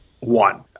One